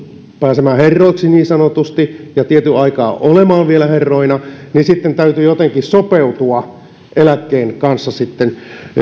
pääsemään herroiksi niin sanotusti ja tietyn aikaa olemaan vielä herroina niin sitten täytyy jotenkin sopeutua eläkkeen kanssa